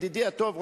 ידידי הטוב,